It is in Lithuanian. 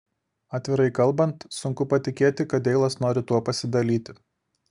atvirai kalbant sunku patikėti kad deilas nori tuo pasidalyti